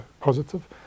positive